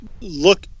look